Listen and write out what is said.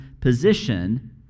position